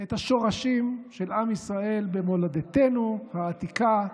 את השורשים של עם ישראל במולדתנו העתיקה.